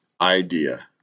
idea